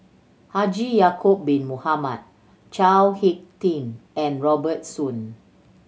Haji Ya'acob Bin Mohamed Chao Hick Tin and Robert Soon